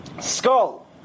skull